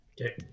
Okay